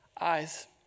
eyes